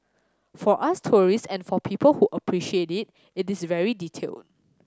for us tourists and for people who appreciate it it is very detailed